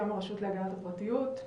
הרשות להגנת הפרטיות,